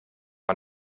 man